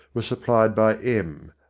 was supplied by em,